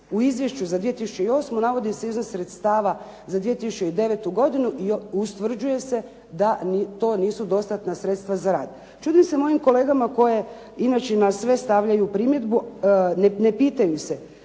u izvješću za 2008. navodi se iznos sredstava za 2009. godini i ustvrđuje se da to nisu dostatna sredstva za rad. Čudim se mojim kolegama koje inače na sve stavljaju primjedbu, ne pitaju se.